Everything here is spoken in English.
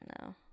no